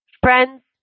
Friends